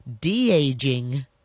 de-aging